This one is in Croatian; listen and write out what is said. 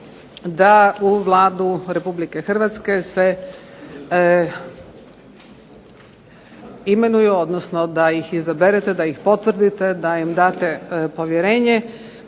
da u Vladu Republike Hrvatske se imenuju odnosno da ih izaberete da ih potvrdite, da im date povjerenje